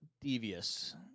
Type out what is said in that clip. devious